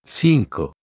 cinco